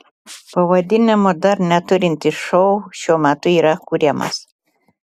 pavadinimo dar neturintis šou šiuo metu yra kuriamas